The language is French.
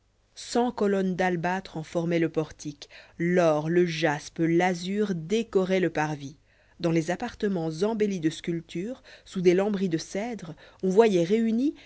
cent colonnes d'albâtre en formoient le portique l'or le jaspe l'azur décoraient le parvis dans les appartements embellis de sculpture sous des lambris de cèdre on voyoit réunis